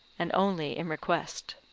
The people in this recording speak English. and only in request.